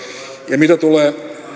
ja mitä tulee